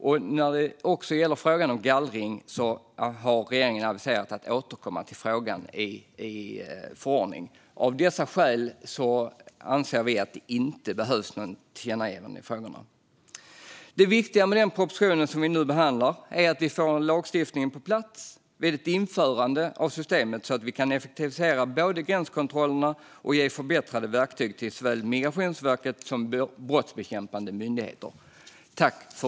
Och när det gäller frågan om gallring har regeringen aviserat att den kommer att återkomma till frågan i en förordning. Av dessa skäl anser vi att det inte behövs några tillkännagivanden i frågorna. Det viktiga med den proposition som vi nu behandlar är att vi får en lagstiftning på plats vid ett införande av systemet så att vi både kan effektivisera gränskontrollerna och kan ge förbättrade verktyg till såväl Migrationsverket som brottsbekämpande myndigheter.